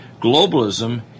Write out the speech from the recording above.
globalism